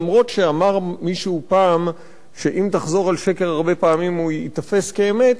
אף שאמר מישהו פעם שאם תחזור על שקר הרבה פעמים הוא ייתפס כאמת,